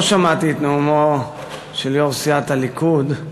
לא שמעתי את נאומו של יושב-ראש סיעת הליכוד,